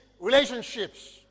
relationships